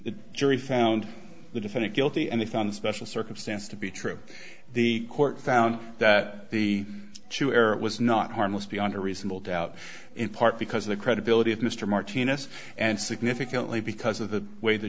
it jury found the defendant guilty and they found a special circumstance to be true the court found that the two error was not harmless beyond a reasonable doubt in part because the credibility of mr martinez and significantly because of the way the